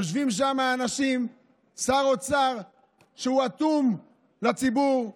יושב שם שר אוצר שהוא אטום לציבור.